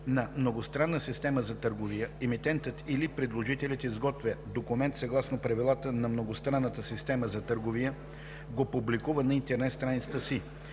на многостранна система за търговия, емитентът или предложителят изготвя документ съгласно правилата на многостранната система за търговия и го публикува на интернет страницата си.